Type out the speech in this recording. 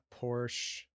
Porsche